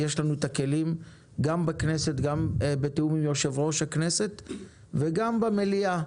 יש לנו את הכלים גם בכנסת וגם בתיאום עם יושב-ראש הכנסת וגם במליאה,